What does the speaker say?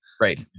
right